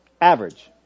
average